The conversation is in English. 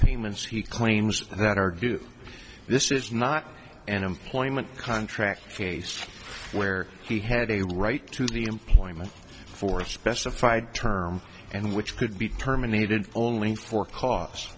payments he claims that are due this is not an employment contract case where he had a right to the employment for a specified term and which could be terminated only for